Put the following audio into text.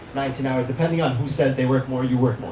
nineteen hours depending on who says they work more you work more.